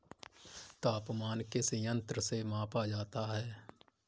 तापमान किस यंत्र से मापा जाता है?